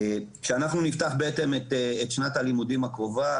כשאנחנו נפתח את שנת הלימודים הקרובה,